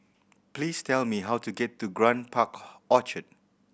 please tell me how to get to Grand Park Orchard